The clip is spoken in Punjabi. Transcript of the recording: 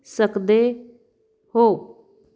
ਸਕਦੇ ਹੋ